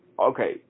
okay